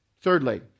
Thirdly